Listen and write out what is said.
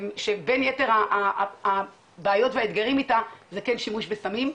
ובין יתר הבעיות והאתגרים איתה זה שימוש בסמים.